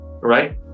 right